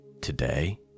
today